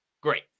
great